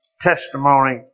testimony